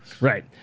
right